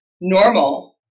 normal